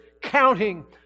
counting